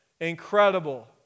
incredible